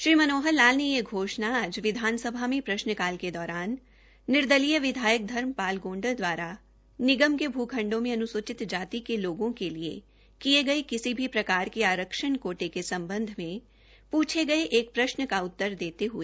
श्री मनोहर लाल ने यह घोषणा आज विधानसभा में प्रश्नकाल के दौरान निर्दलीय विधायक धर्मपाल गोंडर दवारा निगम के भू खंडों में अन्सूचित जाति के लोगों के लिए किए गए किसी भी प्रकार के आरक्षण कोटे के संबंध में प्छे गए एक प्रश्न का उत्तर देते हए सदन में की